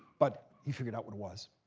but he figured out what it was.